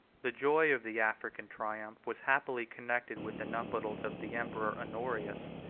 the joy of the african triumph was happily connected with the nuptials of the emperor honorius,